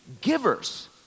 givers